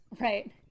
Right